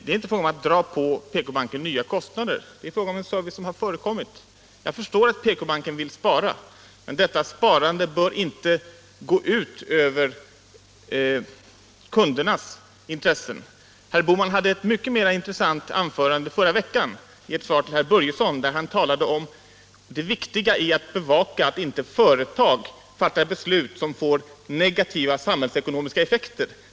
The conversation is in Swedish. Det är inte fråga om att dra på PK-banken nya kostnader, utan det rör sig om en service som tidigare har förekommit. Jag förstår att PK banken vill spara, men detta sparande bör inte gå ut över kundernas intressen. Herr Bohman höll ett mycket intressant anförande förra veckan då han svarade på en fråga av herr Börjesson i Falköping. Han talade då om det viktiga i att bevaka att företag inte fattar beslut, som får negativa samhällsekonomiska effekter.